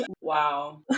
Wow